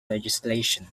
legislation